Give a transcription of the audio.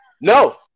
No